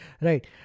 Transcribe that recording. Right